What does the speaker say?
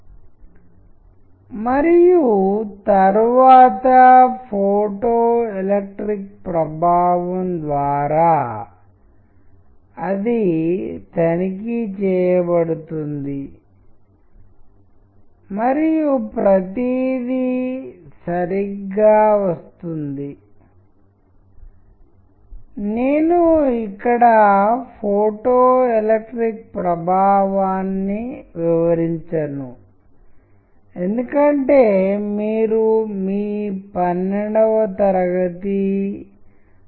ఇది ప్రవర్తనలో కూడా ప్రతిబింబించిందని మనకు తెలుస్తుంది ప్రతిస్పందనలు ఎందుకంటే వారు ఈ నిర్దిష్ట వచనానికి ప్రతిస్పందించడం ప్రారంభించినప్పుడు వారు నిర్దిష్ట చిత్రాల సెట్ను నిర్వహించేవారు వారు విభిన్న భావజాలాలను మరియు వివిధ ప్రతిస్పందనల మార్గాలను కమ్యూనికేట్ చేయగలిగారు సాధారణంగా పండ్ల సౌందర్యం గురించి చెప్పబడిన వ్యక్తులు అందం లేదా పండ్లు అందంగా లేకపోవడం గురించి మాట్లాడారు